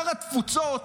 שר התפוצות,